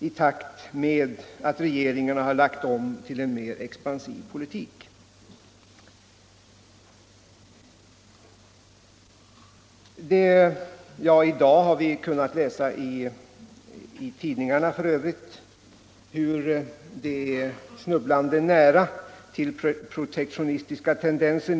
I dag har vi för övrigt kunnat läsa i tidningarna hur snubblande nära det är till protektionistiska tendenser.